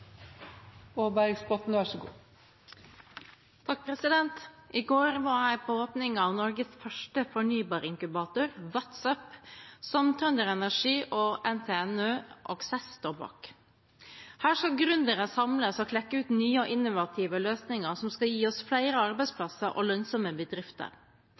I går var jeg på åpningen av Norges første fornybarinkubator Watts Up, som TrønderEnergi og NTNU Accel står bak. Her skal gründere samles og klekke ut nye og innovative løsninger som skal gi oss flere arbeidsplasser og lønnsomme bedrifter.